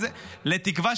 תקווה,